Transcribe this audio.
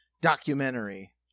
documentary